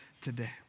today